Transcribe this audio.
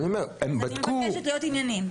אני מבקשת להיות ענייניים.